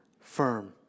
firm